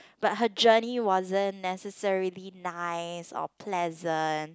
but her journey wasn't necessarily nice or pleasant